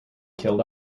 killed